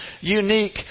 unique